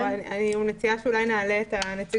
אני מציעה שאולי נעלה שוב את נציג